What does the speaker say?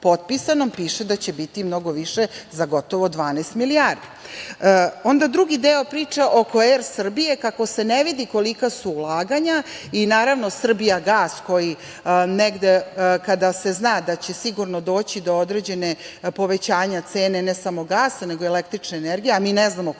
piše da će biti mnogo više za gotovo 12 milijardi. Drugi deo priče, oko „Er Srbije“ kako se ne vidi kolika su ulaganja i naravno, „Srbijagas“ koji negde kada se zna da će sigurno doći do određenog povećanja cene, ne samo gasa, nego i električne energije, a ne znamo